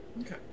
Okay